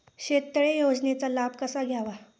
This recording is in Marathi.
शेततळे योजनेचा लाभ कसा घ्यावा?